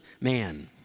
man